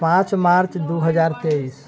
पाँच मार्च दू हजार तेइस